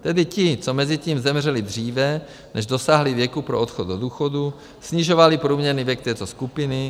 Tedy ti, co mezitím zemřeli, dříve než dosáhli věku pro odchod do důchodu, snižovali průměrný věk této skupiny.